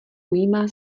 ujímá